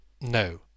No